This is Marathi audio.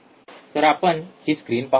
तर आपणही स्क्रीन पाहूया